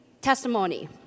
testimony